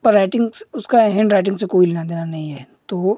पर राइटिंग उसका hand writing से कोई लेना देना नहीं है तो वो